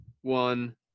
one